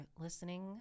listening